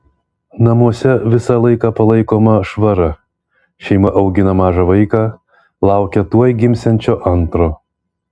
namuose visą laiką palaikoma švara šeima augina mažą vaiką laukia tuoj gimsiančio antro